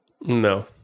no